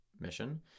mission